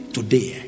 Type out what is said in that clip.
Today